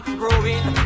growing